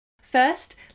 First